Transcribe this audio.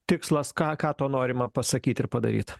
tikslas ką ką tuo norima pasakyti ir padaryt